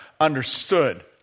understood